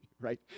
Right